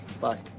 Bye